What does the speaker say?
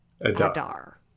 Adar